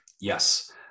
Yes